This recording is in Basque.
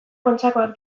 kontxakoak